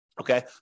okay